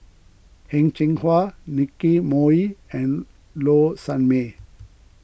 Heng Cheng Hwa Nicky Moey and Low Sanmay